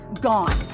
gone